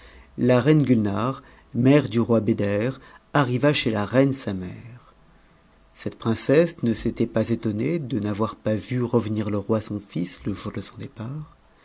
la reine guinare mère du roi beder arriva chez la reine sa mère cette princesse ne s'était pas étonnée de n'avoir pas vu revenir le roi son fils le jour de son départ